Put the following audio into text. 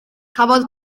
cafodd